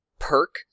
perk